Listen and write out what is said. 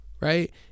right